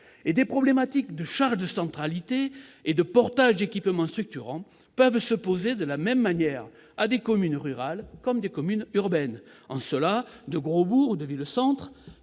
Des problématiques de charges de centralité et de portage d'équipements structurants peuvent se poser, de la même manière, à des communes rurales et à des communes urbaines. En cela, de gros bourgs ou des villes-centres